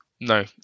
No